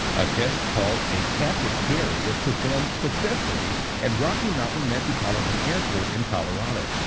a test called a captive carry was performed successfully at rocky mountain metropolitan airport in colorado.